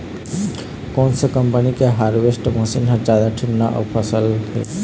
कोन से कम्पनी के हारवेस्टर मशीन हर जादा ठीन्ना अऊ सफल हे?